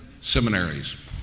seminaries